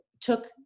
took